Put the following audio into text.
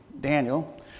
Daniel